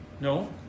No